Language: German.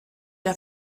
der